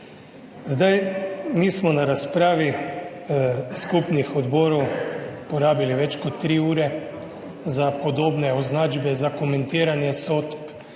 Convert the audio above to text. Mi smo na razpravi skupnih odborov porabili več kot tri ure za podobne označbe, za komentiranje sodb,